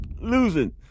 losing